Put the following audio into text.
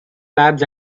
labs